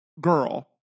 girl